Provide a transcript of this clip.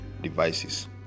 devices